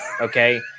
Okay